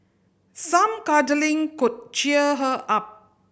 some cuddling could cheer her up